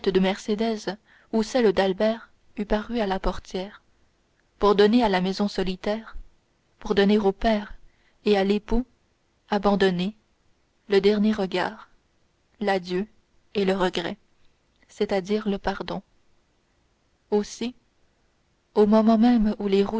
mercédès ou celle d'albert eût paru à la portière pour donner à la maison solitaire pour donner au père et à l'époux abandonné le dernier regard l'adieu et le regret c'est-à-dire le pardon aussi au moment même où les